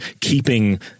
keeping